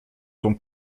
ton